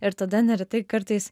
ir tada neretai kartais